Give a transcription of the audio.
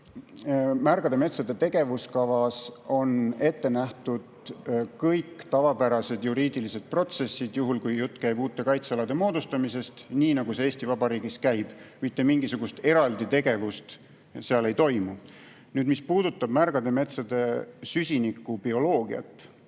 märgade metsade tegevuskavas on ette nähtud kõik tavapärased juriidilised protsessid, juhul kui jutt käib uute kaitsealade moodustamisest, nii nagu see Eesti Vabariigis käib. Mitte mingisugust eraldi tegevust seal ei toimu. Mis puudutab märgade metsade süsinikubioloogiat,